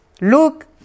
look